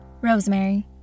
Rosemary